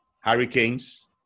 Hurricanes